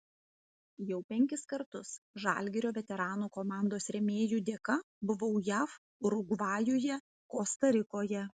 jau penkis kartus žalgirio veteranų komandos rėmėjų dėka buvau jav urugvajuje kosta rikoje